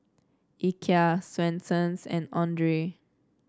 Ikea Swensens and Andre